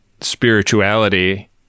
spirituality